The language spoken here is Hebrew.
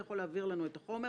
אתה יכול להעביר לנו את החומר.